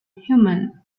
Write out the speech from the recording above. human